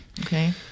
Okay